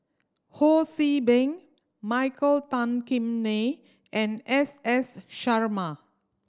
Ho See Beng Michael Tan Kim Nei and S S Sarma